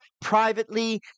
privately